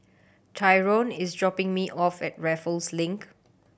tyron is dropping me off at Raffles Link